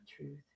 truth